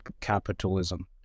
capitalism